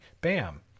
bam